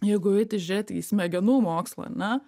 jeigu eiti žiūrėti į smegenų mokslą ne